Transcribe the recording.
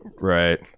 Right